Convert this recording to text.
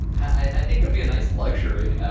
i think it'd be a nice luxury